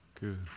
Good